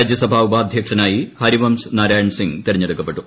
രാജ്യസഭാ ഉപാധ്യക്ഷനായി ഹരിവംശ് നാരായൺ സിംഗ് തിരഞ്ഞെടുക്കപ്പെട്ടു